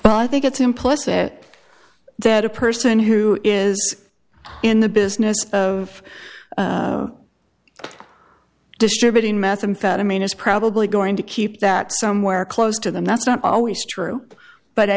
but i think it's implicit that a person who is in the business of distributing methamphetamine is probably going to keep that somewhere close to them that's not always true but i